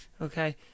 Okay